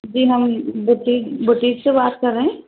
جی ma'am BTech BTech سے بات کر رہے ہیں